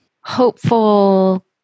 hopeful